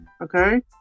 Okay